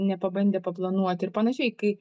nepabandė paplanuoti ir panašiai kai